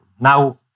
Now